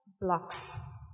blocks